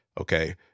Okay